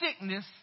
sickness